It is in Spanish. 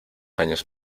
años